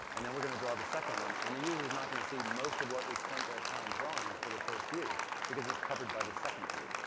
and then we're going to draw the second one. and the user is not going to see most of what we spent that time drawing for the first view because it's covered by the second view.